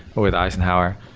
with eisenhower.